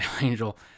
Angel